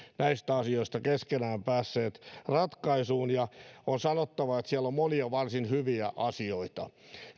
näistä asioista keskenään päässeet ratkaisuun ja on sanottava että siellä on monia varsin hyviä asioita